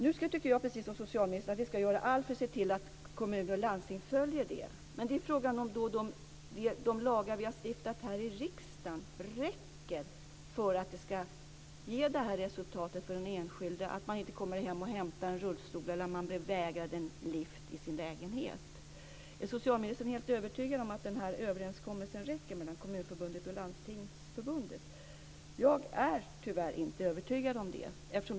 Nu tycker jag, precis som socialministern, att vi ska göra allt för att se till att kommuner och landsting följer detta. Det är fråga om de lagar vi har stiftat i riksdagen räcker för den enskilde så att inte rullstolen hämtas eller en lyft i lägenheten vägras. Är socialministern helt övertygad om att överenskommelsen räcker mellan Kommunförbundet och Landstingsförbundet? Jag är, tyvärr, inte övertygad om det.